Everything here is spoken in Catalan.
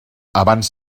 abans